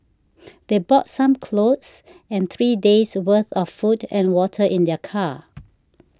they brought some clothes and three days' worth of food and water in their car